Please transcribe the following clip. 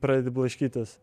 pradedi blaškytis